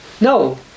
No